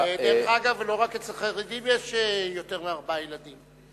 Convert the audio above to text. דרך אגב, לא רק אצל חרדים יש יותר מארבעה ילדים.